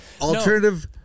alternative—